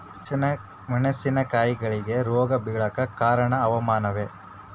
ಮೆಣಸಿನ ಕಾಯಿಗಳಿಗಿ ರೋಗ ಬಿಳಲಾಕ ಕಾರಣ ಹವಾಮಾನನೇ?